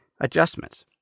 adjustments